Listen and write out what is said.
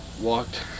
walked